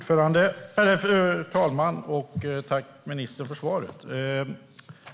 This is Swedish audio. Fru talman! Tack, ministern, för svaret!